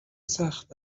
سخت